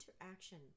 interaction